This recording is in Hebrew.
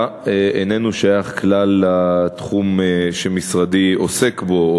איננו שייך כלל לתחום שמשרדי עוסק בו,